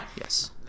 Yes